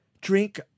drink